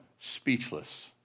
speechless